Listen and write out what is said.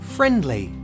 Friendly